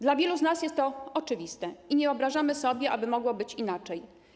Dla wielu z nas jest to oczywiste i nie wyobrażamy sobie, aby mogło być inaczej.